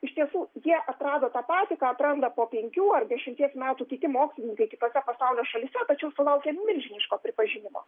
iš tiesų jie atrado tą patį ką atranda po penkių ar dešimties metų kiti mokslininkai kitose pasaulio šalyse tačiau sulaukia milžiniško pripažinimo